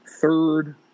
third